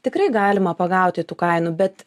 tikrai galima pagauti tų kainų bet